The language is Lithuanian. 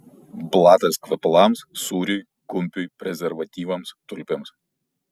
blatas kvepalams sūriui kumpiui prezervatyvams tulpėms